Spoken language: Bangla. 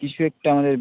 কিছু একটা আমাদের